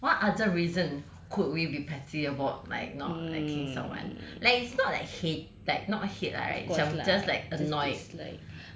what other reason could we be petty about like not liking someone like it's not like hate like not hate lah right just like annoyed